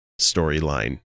storyline